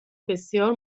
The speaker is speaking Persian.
بسیار